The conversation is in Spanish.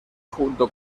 junto